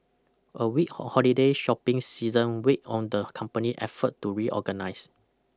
a weak holiday shopping season weighed on the company effort to reorganize